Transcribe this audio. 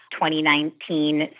2019